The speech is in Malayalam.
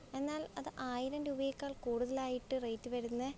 എന്നാൽ അത് ആയിരം രൂപയേക്കാൾ കൂടുതലായിട്ട് റേറ്റ് വരുന്നത്